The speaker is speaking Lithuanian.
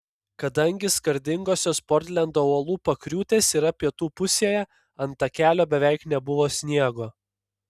kadangi skardingosios portlendo uolų pakriūtės yra pietų pusėje ant takelio beveik nebuvo sniego